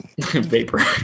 Vapor